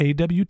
AWT